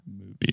movie